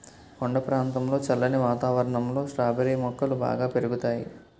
కొండ ప్రాంతంలో చల్లని వాతావరణంలో స్ట్రాబెర్రీ మొక్కలు బాగా పెరుగుతాయి